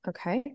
Okay